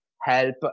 help